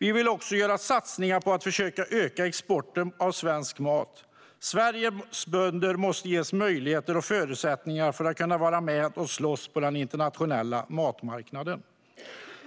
Vi vill också göra satsningar på att försöka öka exporten av svensk mat. Sveriges bönder måste ges möjligheter och förutsättningar att vara med och slåss på den internationella matmarknaden.